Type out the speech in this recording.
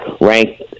ranked